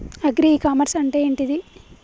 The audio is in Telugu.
అగ్రి ఇ కామర్స్ అంటే ఏంటిది?